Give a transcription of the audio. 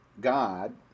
god